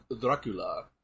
Dracula